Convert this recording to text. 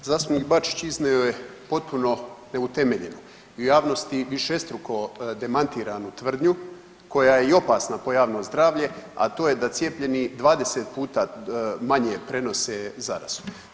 Zastupnik Bačić iznio je potpuno neutemeljenu i u javnosti višestruko demantiranju tvrdnju koja je i opasna po javno zdravlje, a to je da cijepljeni 20 puta manje prenose zaraze.